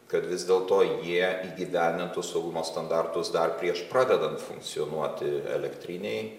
kad vis dėl to jie įgyvendintų saugumo standartus dar prieš pradedant funkcionuoti elektrinei